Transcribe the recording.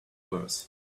worse